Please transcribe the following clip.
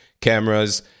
cameras